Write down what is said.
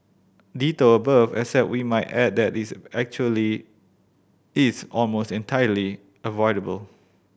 ditto above except we might add that this actually is almost entirely avoidable